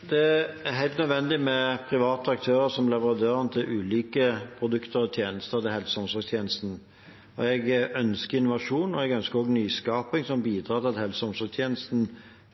Det er helt nødvendig med private aktører som leverandører av ulike produkter og tjenester til helse og omsorgstjenesten. Jeg ønsker innovasjon, og jeg ønsker også nyskaping som bidrar til at helse- og omsorgstjenenestene